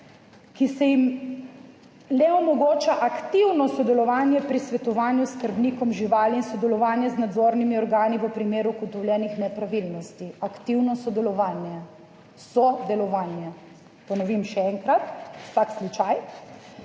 ki se jim le omogoča aktivno sodelovanje pri svetovanju skrbnikom živali in sodelovanje z nadzornimi organi v primeru ugotovljenih nepravilnosti. Aktivno sodelovanje, sodelovanje. Ponovim še enkrat za vsak slučaj: